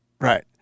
Right